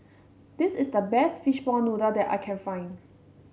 this is the best Fishball Noodle that I can find